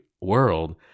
world